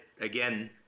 again